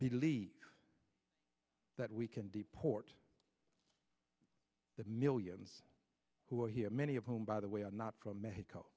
believe that we can deport the millions who are here many of whom by the way are not from me